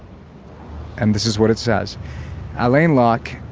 and this is what it says alain locke,